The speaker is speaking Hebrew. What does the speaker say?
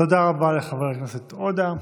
תודה רבה לחבר הכנסת עודה.